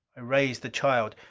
i raised the child.